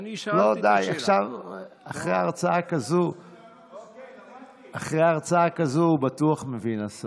משה אבוטבול, בעד סמי אבו